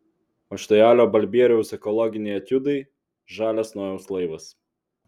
o štai alio balbieriaus ekologiniai etiudai žalias nojaus laivas